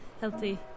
healthy